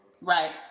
Right